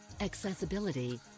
Accessibility